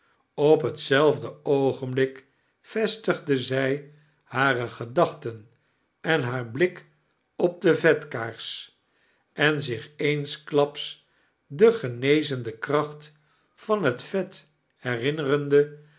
op hetaelfde oogenblik vestigde zij hare gedachten en haar blik op de vetkaars en zich eensklaps de genezende kracht van het vet hierinnenende